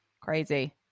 Crazy